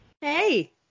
Hey